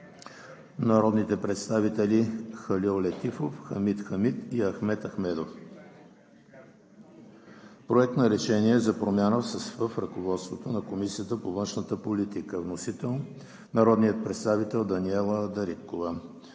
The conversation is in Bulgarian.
народните представители Халил Летифов, Хамид Хамид и Ахмед Ахмедов. Проект на решение за промяна в ръководството на Комисията по външна политика. Вносител – народният представител Даниела Дариткова.